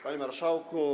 Panie Marszałku!